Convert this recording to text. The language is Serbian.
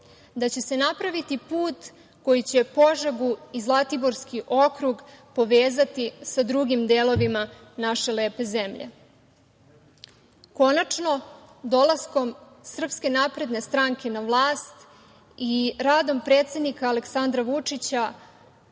da će se napraviti put koji će Požegu i Zlatiborski okrug povezati sa drugim delovima naše lepe zemlje. Konačno, dolaskom SNS na vlast i radom predsednika Aleksandra Vučića